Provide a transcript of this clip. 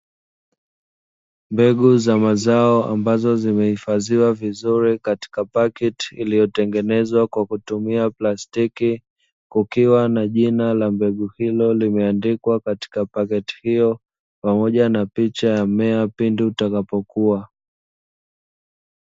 Mbegu za mazao ambazo zimehifadhiwa vizuri katika pakiti iliyotengenezwa kwa kutumia plastiki, kukiwa na jina la mbegu hilo limeandikwa katika pakiti hiyo, pamoja na picha ya mmea pindi utakapo kua.